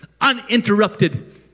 uninterrupted